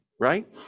right